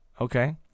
okay